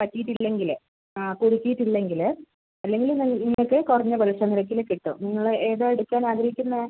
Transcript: പറ്റിയിട്ടില്ലെങ്കിൽ ആ പുതുക്കിയിട്ടില്ലെങ്കിൽ അല്ലെങ്കിൽ നിങ്ങ് നിങ്ങൾക്ക് കുറഞ്ഞ പലിശ നിരക്കിൽ കിട്ടും നിങ്ങൾ ഏതാണ് എടുക്കാൻ ആഗ്രഹിക്കുന്നത്